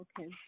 Okay